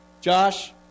Josh